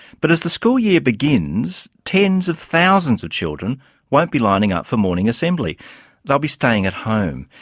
but as the school year begins, tens of thousands of children won't be lining up for morning assembly they'll be staying at home.